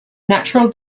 natural